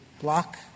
block